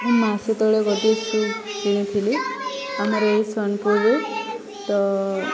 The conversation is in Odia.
ମୁଁ ମାସେ ତଳେ ଗୋଟିଏ ଶୂ' କିଣିଥିଲି ଆମର ଏ ସୋନପୁରରୁ ତ